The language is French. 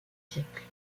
siècles